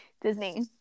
disney